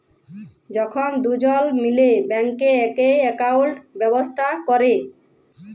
যখল দুজল মিলে ব্যাংকে একই একাউল্ট ব্যবস্থা ক্যরে